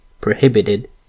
prohibited